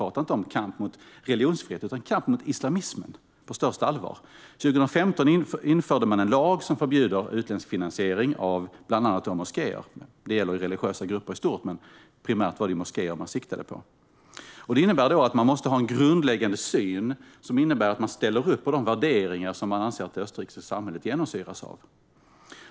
Jag talar inte om kampen mot religionsfrihet, utan om kampen mot islamismen. År 2015 införde man en lag som förbjuder utländsk finansiering av bland annat moskéer. Det gäller religiösa grupper i stort, men primärt var det moskéer man siktade på. Det innebär att man måste ha en grundläggande syn där man ställer upp på de värderingar som det österrikiska samhället anses genomsyras av.